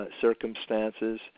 Circumstances